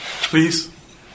Please